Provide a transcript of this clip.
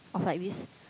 of like this